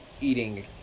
eating